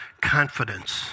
confidence